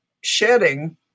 shedding